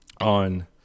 on